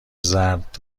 زرد